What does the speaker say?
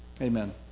Amen